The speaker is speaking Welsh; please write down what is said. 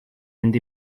mynd